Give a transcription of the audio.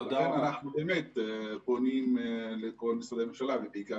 לכן אנחנו פונים לכל משרדי הממשלה ובעיקר